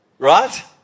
Right